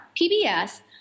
PBS